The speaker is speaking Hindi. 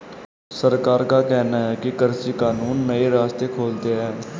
सरकार का कहना है कि कृषि कानून नए रास्ते खोलते है